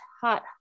hot